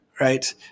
right